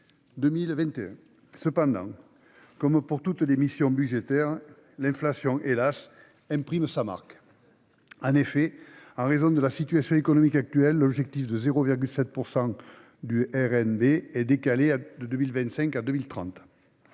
2021. Toutefois, comme pour les autres missions budgétaires, l'inflation, hélas ! imprime sa marque. En effet, en raison de la situation économique actuelle, l'objectif de 0,7 % du RNB est reporté de 2025 à 2030.